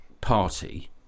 Party